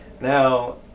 Now